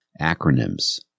Acronyms